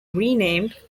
renamed